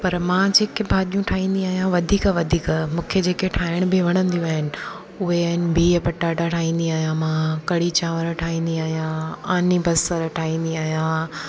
पर मां जेके भाॼियूं ठाहींदी आहियां वधीक वधीक मूंखे जेके ठाहिण बि वणंदियूं आहिनि उहे आहिनि बिह पटाटा ठाहींदी आहियां मां कढ़ी चांवर ठाहिंदी आहियां आनी बसर ठाहींदी आहियां